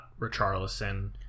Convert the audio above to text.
Richarlison